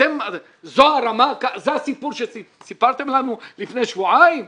זו הרמה, זה הסיפור שסיפרתם לנו לפני שבועיים?